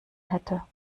hätte